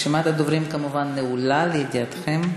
רשימת הדוברים, כמובן, נעולה, לידיעתכם.